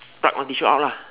pluck one tissue out lah